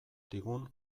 digun